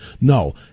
No